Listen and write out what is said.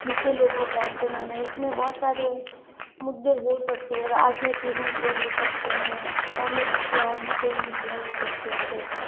जिससे लोगो का इंटरमेन हो उसमें बहुत सारे मुद्दे हो सकते हैं राजनीतिक मुद्दे हो सकते हैं कॉमेडी के और भी कई मुद्दे हो सकते हैं जैसे